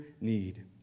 need